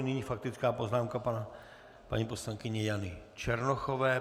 Nyní faktická poznámka paní poslankyně Jany Černochové.